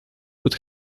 would